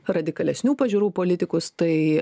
radikalesnių pažiūrų politikus tai